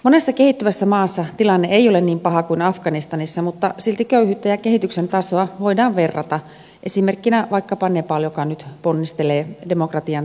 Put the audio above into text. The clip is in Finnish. monessa kehittyvässä maassa tilanne ei ole niin paha kuin afganistanissa mutta silti köyhyyttä ja kehityksen tasoa voidaan verrata esimerkkinä vaikkapa nepal joka nyt ponnistelee demokratian tiellä